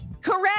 Correct